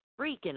freaking